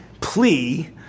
plea